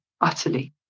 utterly